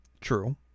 True